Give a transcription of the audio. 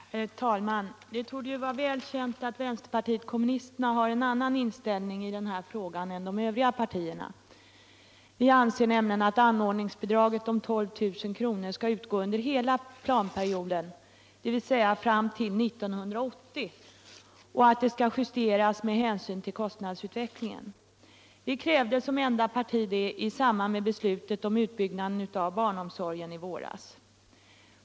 Herr talman! Det torde vara väl känt att vpk har en annan instiällning i denna fråga än de övriga partierna. Vi anser att anordningsbidraget om 12 000 kr. skall utgå under hela planperioden, dvs. fram till 1980, och att det skall justeras med hänsyn till kostnadsutvecklingen. Vi krävde detta som enda parti i samband med beslutet om utbyggnaden av barnomsorgen i våras.